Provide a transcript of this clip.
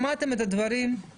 שמעתם את הדברים,